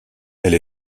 elle